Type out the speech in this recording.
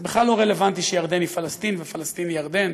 זה בכלל לא רלוונטי שירדן היא פלסטין ופלסטין היא ירדן,